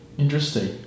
Interesting